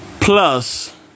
plus